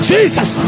Jesus